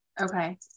Okay